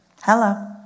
Hello